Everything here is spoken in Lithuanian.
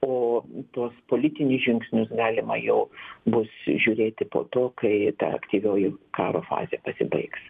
o tuos politinius žingsnius galima jau bus žiūrėti po to kai ta aktyvioji karo fazė pasibaigs